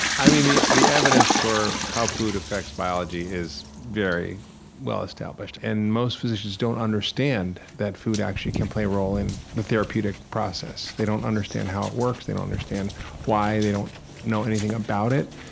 i mean, the the evidence for how food affects biology is very well established. and most physicians don't understand that food actually can play a role in the therapeutic process. they don't understand how it works. they don't understand why, they don't know anything about it.